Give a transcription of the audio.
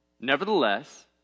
Nevertheless